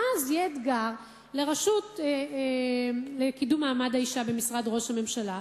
ואז יהיה אתגר לרשות לקידום מעמד האשה במשרד ראש הממשלה,